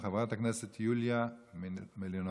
חברת הכנסת יוליה מלינובסקי,